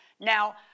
Now